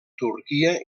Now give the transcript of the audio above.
turquia